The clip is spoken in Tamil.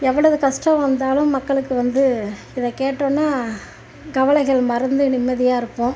எவ்வளவு கஷ்டம் வந்தாலும் மக்களுக்கு வந்து இதை கேட்டவுடன கவலைகள் மறந்து நிம்மதியாக இருப்போம்